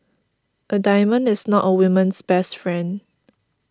a diamond is not a woman's best friend